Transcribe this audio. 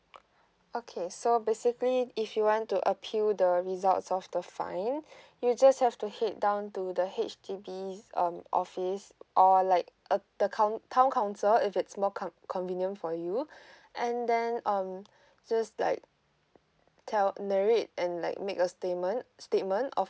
okay so basically if you want to appeal the results of the fine you just have to head down to the H_D_B um office or like uh the count town council if it's more con~ convenient for you and then um just like tell narrate and like make a statement statement of